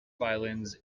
violins